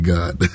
God